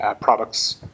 products